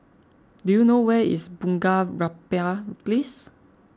do you know where is Bunga Rampai Place